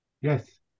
Yes